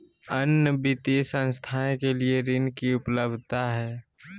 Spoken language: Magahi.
अन्य वित्तीय संस्थाएं के लिए ऋण की उपलब्धता है?